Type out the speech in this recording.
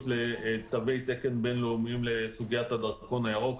לתווי תקן בין-לאומיים לסוגיית הדרכון הירוק.